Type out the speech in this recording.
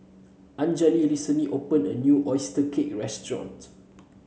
Anjali recently opened a new oyster cake restaurant